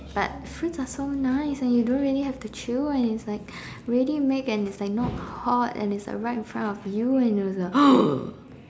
but fruits are so nice and you don't really have to chew and it's like ready made and it's like not hot and it's right in front of you and you